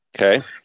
okay